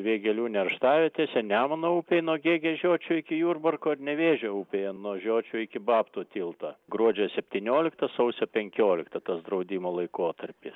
vėgėlių nerštavietėse nemuno upėj nuo gėgės žiočių iki jurbarko ir nevėžio upėje nuo žiočių iki babtų tilto gruodžio septynioliktą sausio penkioliktą tas draudimo laikotarpis